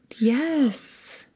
Yes